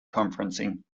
conferencing